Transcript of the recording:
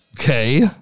okay